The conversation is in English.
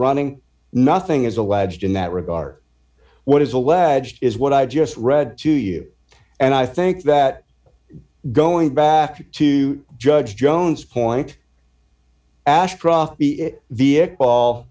running nothing is alleged in that regard what is alleged is what i just read to you and i think that going back to judge jones point ashcroft